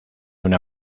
una